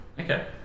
Okay